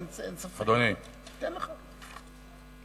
רק שתדע, הוא לא הוזכר בשמו.